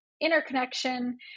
interconnection